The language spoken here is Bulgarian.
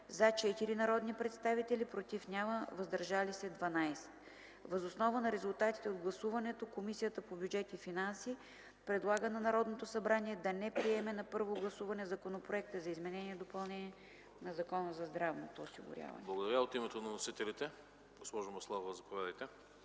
– 4 народни представители, „против” – няма, „въздържали се” – 12. Въз основа на резултатите от гласуването Комисията по бюджет и финанси предлага на Народното събрание да не приеме на първо гласуване Законопроекта за изменение и допълнение на Закона за здравното осигуряване.” Благодаря. ПРЕДСЕДАТЕЛ АНАСТАС АНАСТАСОВ: Благодаря.